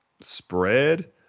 spread